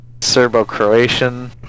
Serbo-Croatian